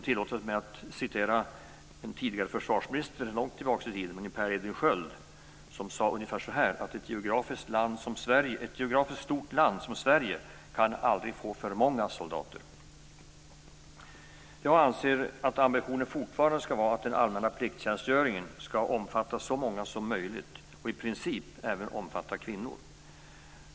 Tillåt mig att referera till Per-Edvin Sköld, som var försvarsminister för länge sedan och sade ungefär så här: Ett geografiskt stort land som Sverige kan aldrig få för många soldater. Jag anser att ambitionen fortfarande skall vara den att den allmänna plikttjänstgöringen skall omfatta så många som möjligt, i princip även kvinnor.